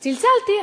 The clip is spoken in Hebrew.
צלצלתי,